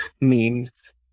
memes